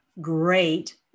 great